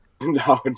No